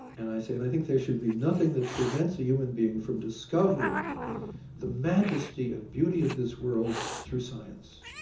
and i say, and i think there should be nothing that prevents a human being from discovering the majesty and beauty of this world through science.